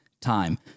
time